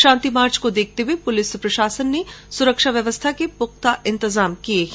शांति march को देखते हुए पुलिस प्रशासन ने सुरक्षा व्यवस्था के पुख्ता इन्तजाम किए है